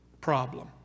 problem